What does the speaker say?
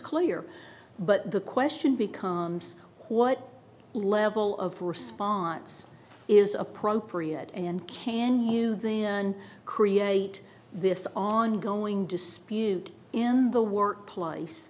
clear but the question becomes what level of response is appropriate and can you then create this ongoing dispute in the workplace